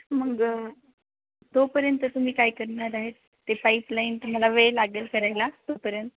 मग तोपर्यंत तुम्ही काय करणार आहेत ते पाईपलाईन तुम्हाला वेळ लागेल करायला तोपर्यंत